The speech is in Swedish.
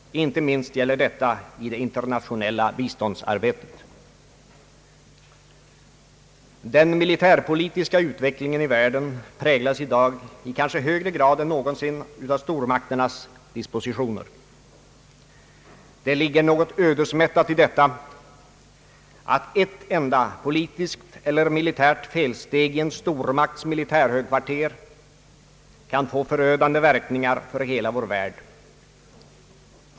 Inte minst gäller detta i det internationella biståndsarbetet. Den militärpolitiska utvecklingen i världen präglas i dag i kanske högre grad än någonsin av stormakternas dispositioner. Det ligger något ödesmättat i detta att ett enda politiskt eller militärt felsteg i en stormakts militärhögkvarter kan få förödande verkningar för hela vår värld.